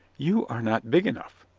you are not big enough,